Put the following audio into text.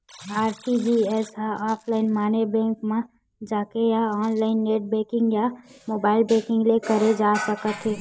RTGS ह offline माने bank म जाके या ऑनलाईन नेट बेंकिंग या मोबाईल बेंकिंग ले करे जा सकत हे